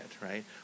right